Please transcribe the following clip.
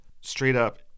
straight-up